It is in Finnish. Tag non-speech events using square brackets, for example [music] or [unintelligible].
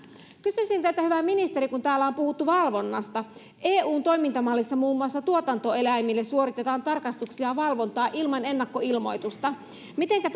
kysyisin teiltä hyvä ministeri kun täällä on puhuttu valvonnasta eun toimintamallissa muun muassa tuotantoeläimille suoritetaan tarkastuksia ja valvontaa ilman ennakkoilmoitusta mitenkä [unintelligible]